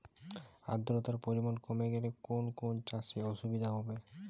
আদ্রতার পরিমাণ কমে গেলে কোন কোন চাষে অসুবিধে হবে?